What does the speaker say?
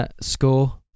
Score